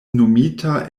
nomita